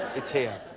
it's here.